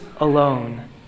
alone